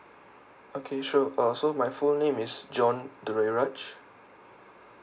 okay sure uh so my full name is john dureraj